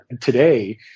today